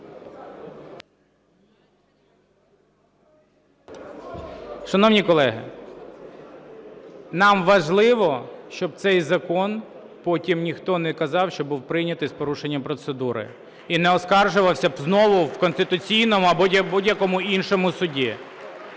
Шановні колеги, нам важливо, щоб цей закон потім ніхто не казав, що був прийнятий з порушенням процедури і не оскаржувався б знову в Конституційному або в будь-якому іншому суді.